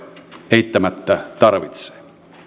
eittämättä tarvitsee